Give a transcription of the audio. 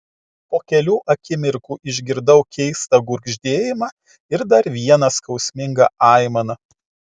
po kelių akimirkų išgirdau keistą gurgždėjimą ir dar vieną skausmingą aimaną